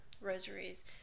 Rosaries –